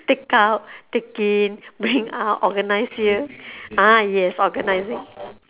take out take in bring out organise here ah yes organising